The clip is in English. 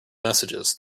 messages